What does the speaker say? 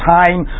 time